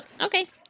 okay